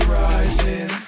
rising